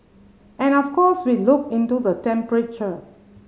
and of course we look into the temperature